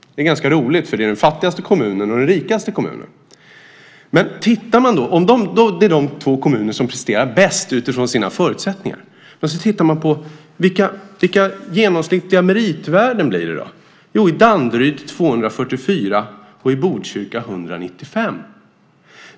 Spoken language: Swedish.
Det är ganska roligt för det är den fattigaste kommunen och den rikaste kommunen. Det är de två kommuner som presterar bäst utifrån sina förutsättningar. Men sedan kan man titta på vilka genomsnittliga meritvärden det blir. Jo, i Danderyd blir det 244 och i Botkyrka 195.